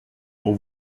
pour